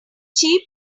cheap